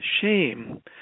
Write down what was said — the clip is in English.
shame